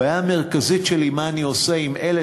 הבעיה המרכזית שלי: מה אני עושה עם אלה